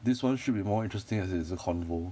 this one should be more interesting as it is a convo